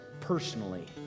personally